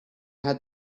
had